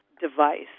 device